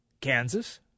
Kansas